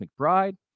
McBride